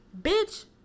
Bitch